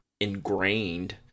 ingrained